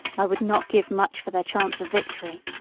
i would not give much for their chance of victory.